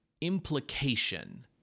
implication